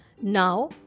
Now